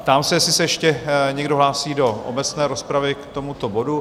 Ptám se, jestli se ještě někdo hlásí do obecné rozpravy k tomuto bodu?